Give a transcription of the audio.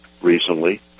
recently